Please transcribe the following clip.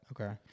Okay